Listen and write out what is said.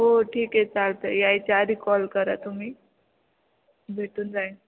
हो ठीक आहे चालतं यायच्या आधी कॉल करा तु्ही भेटून जाईन